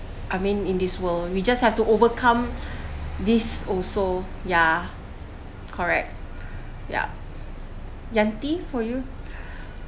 I mean in this world we just have to overcome this also yeah correct ya Yanti for you